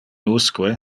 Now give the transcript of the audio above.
usque